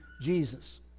Jesus